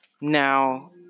now